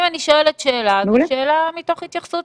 אם אני שואלת שאלה, אז השאלה מתוך התייחסות.